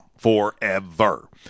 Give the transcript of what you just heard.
Forever